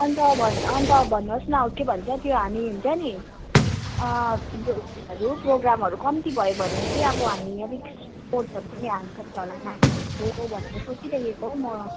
अन्त भन अन्त भन्नुहोस् न के भन्छ त्यो हामी हुन्छ नि अँ यो उयसहरू प्रोग्रामहरू कम्ती भयो भने चाहिँ अब हामी अलिक स्पोर्ट्सहरू पनि हाल्नुपर्छ होला नानीहरूको भनेर सोचिरहेको हौ म